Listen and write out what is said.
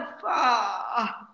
far